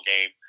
game